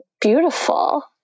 beautiful